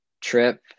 trip